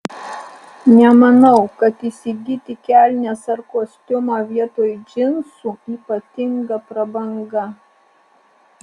nemanau kad įsigyti kelnes ar kostiumą vietoj džinsų ypatinga prabanga